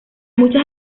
muchas